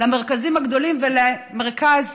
למרכזים הגדולים ולמרכז,